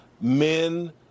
Men